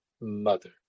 mother